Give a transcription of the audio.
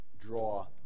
draw